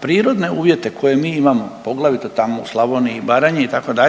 prirodne uvjete koje mi imamo poglavito tamo u Slavoniji i Baranji itd.